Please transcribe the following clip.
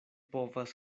povas